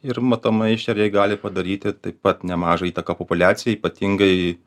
ir matomai ešeriai gali padaryti taip pat nemažą įtaką populiacijai ypatingai